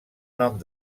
nom